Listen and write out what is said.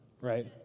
right